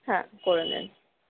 হ্যাঁ করে নিন